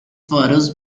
photos